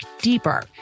deeper